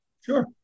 Sure